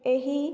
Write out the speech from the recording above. ଏହି